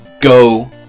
go